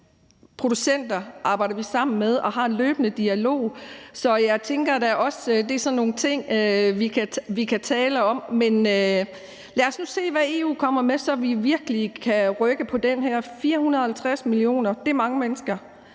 producenter arbejder vi sammen med og har en løbende dialog med. Så jeg tænker da også, at det er sådan nogle ting, vi kan tale om. Men lad os nu se, hvad EU kommer med, så vi virkelig kan rykke på det her. 450 millioner er mange mennesker.